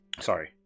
sorry